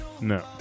No